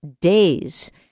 days